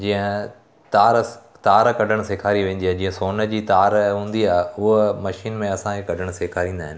जीअं तारस तार कढणु सेंखारी वेंदी आहे जीअं सोन जी तार हूंदी आहे उहो मशीन में असांखे कढण सेखारींदा आहिनि